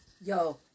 Yo